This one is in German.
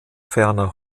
ferner